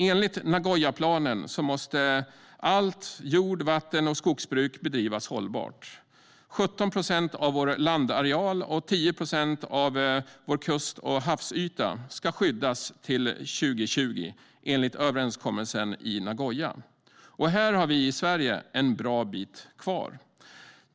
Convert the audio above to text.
Enligt Nagoyaplanen måste allt jord, vatten och skogsbruk bedrivas hållbart. 17 procent av vår landareal och 10 procent av vår kust och havsyta ska enligt överenskommelsen i Nagoya skyddas till 2020. Här har vi i Sverige en bra bit kvar.